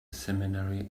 seminary